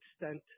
extent